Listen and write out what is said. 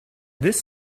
this